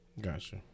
Gotcha